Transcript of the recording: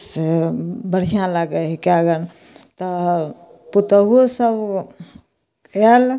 से बढ़िऑं लागै है कए जानु तहन पुतौहु सब से आयल